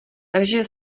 takže